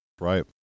Right